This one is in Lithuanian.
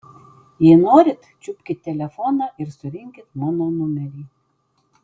jei norit čiupkit telefoną ir surinkit mano numerį